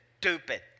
stupid